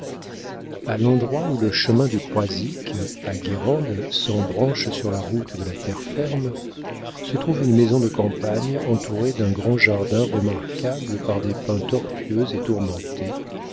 a l'endroit où le chemin du croisic à guérande s'embranche sur la route de la terre ferme se trouve une maison de campagne entourée d'un grand jardin remarquable par des pins tortueux et tourmentés